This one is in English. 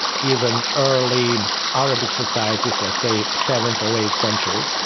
even early arabic societies like, say, seventh or eighth century,